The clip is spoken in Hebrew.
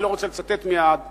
אני לא רוצה לצטט מהפרוטוקולים,